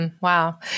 Wow